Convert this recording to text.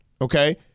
okay